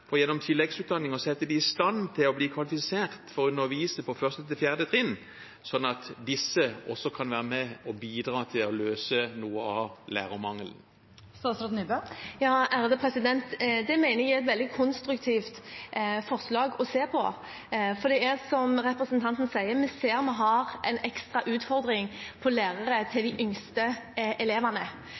og gjennom tilleggsutdanning sette dem i stand til å bli kvalifisert for å undervise på 1.–4. trinn, slik at de også kan være med på å bidra til å løse noe av lærermangelen? Det mener jeg er et veldig konstruktivt forslag å se på. For, som representanten sier, vi har en ekstra utfordring når det gjelder lærere for de yngste elevene,